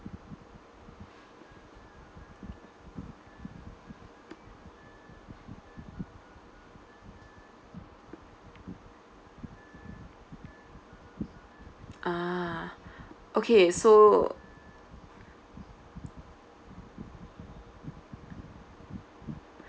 ah okay so